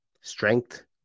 strength